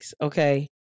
Okay